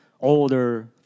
older